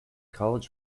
college